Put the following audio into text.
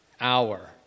hour